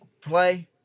play